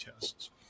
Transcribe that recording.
tests